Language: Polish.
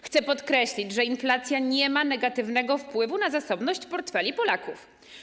Chcę podkreślić, że inflacja nie ma negatywnego wpływu na zasobność portfeli Polaków.